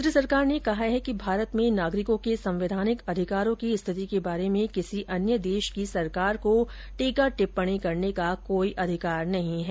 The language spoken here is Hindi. केन्द्र सरकार ने कहा है कि भारत में नागरिकों के संवैधानिक अधिकारों की स्थिति के बारे में किसी अन्य देश की सरकार को टीका टिप्पणी करने का कोई अधिकार नहीं है